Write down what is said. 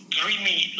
dreamy